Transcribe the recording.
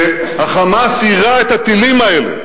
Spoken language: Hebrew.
שה"חמאס" יירה את הטילים האלה